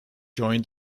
joined